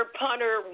punter